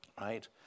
Right